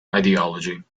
ideology